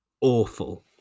awful